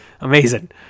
Amazing